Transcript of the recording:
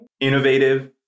Innovative